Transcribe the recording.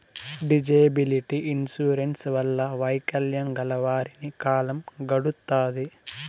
disability insurance వల్ల వైకల్యం గల వారికి కాలం గడుత్తాది